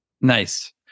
Nice